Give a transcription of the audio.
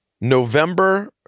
November